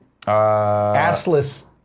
Assless